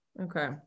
Okay